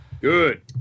Good